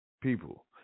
people